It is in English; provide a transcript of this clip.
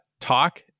talk